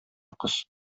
кыз